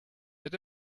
but